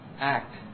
act